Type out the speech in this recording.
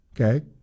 okay